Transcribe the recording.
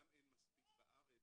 גם אין מספיק בארץ.